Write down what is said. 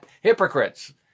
Hypocrites